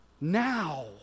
now